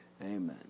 Amen